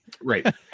right